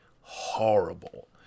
horrible